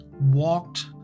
walked